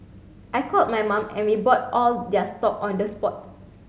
I called my mum and we bought all their stock on the spot